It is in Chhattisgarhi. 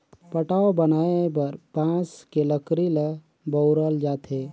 पटाव बनाये बर बांस के लकरी ल बउरल जाथे